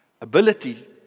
ability